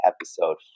episode